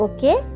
Okay